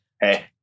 Hey